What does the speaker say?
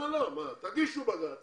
תגישו בג"צ